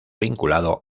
vinculado